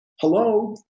Hello